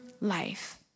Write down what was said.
life